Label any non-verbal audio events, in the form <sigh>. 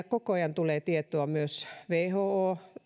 <unintelligible> koko ajan tulee tietoa who